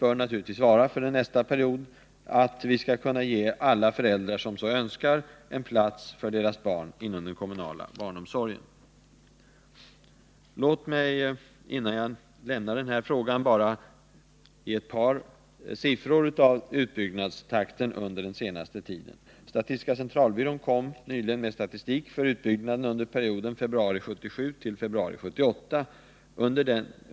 För nästa period bör målet naturligtvis vara att vi skall kunna ge alla föräldrar som så önskar en plats för deras barn inom den kommunala barnomsorgen. Låt mig innan jag lämnar denna fråga bara ge ett par siffror rörande utbyggnadstakten under den senaste tiden. Statistiska centralbyrån kom nyligen med statistik för utbyggnaden under perioden februari 1977 till februari 1978.